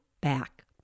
back